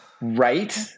Right